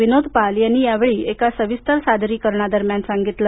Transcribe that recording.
विनोद पॉल यांनी या वेळी एका सविस्तर सादरीकरणादरम्यान सांगितलं